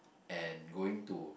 and going to